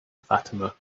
fatima